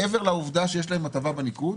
מעבר לעובדה שיש להם הטבה בניקוד,